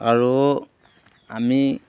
আৰু আমি